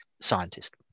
scientist